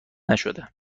نشده